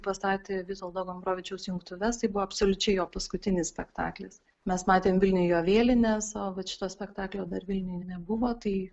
pastatė vitoldo gombrovičiaus jungtuves tai buvo absoliučiai jo paskutinis spektaklis mes matėm vilniuj jo vėlinės o vat šito spektaklio dar vilniuj nebuvo tai